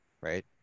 Right